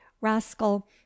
rascal